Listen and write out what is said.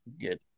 Good